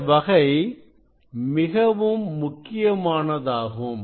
இந்த வகை மிகவும் முக்கியமானதாகும்